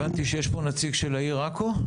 הבנתי שיש פה נציג של העיר עכו?